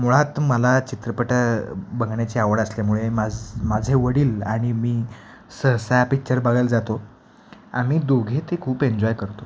मुळात मला चित्रपट बघण्याची आवड असल्यामुळे माझ माझे वडील आणि मी सहसा पिक्चर बघायला जातो आम्ही दोघे ते खूप एन्जॉय करतो